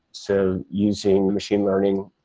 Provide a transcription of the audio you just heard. so using machine learning,